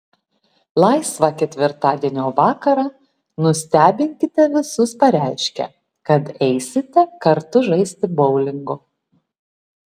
laisvą ketvirtadienio vakarą nustebinkite visus pareiškę kad eisite kartu žaisti boulingo